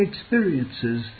experiences